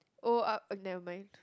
oh uh never mind